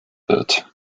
wird